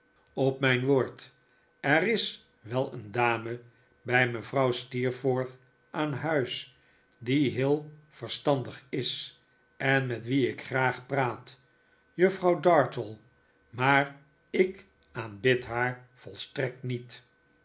op mijn woord er is wel een dame bij mevrouw steerforth aan huis die heel verstandig is en met wie ik graag praat juffrouw dartle maar ik aanbid haar volstrekt niet